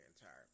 entire